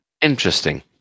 Interesting